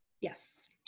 Yes